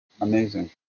Amazing